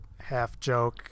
half-joke